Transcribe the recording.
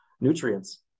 nutrients